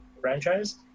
franchise